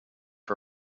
her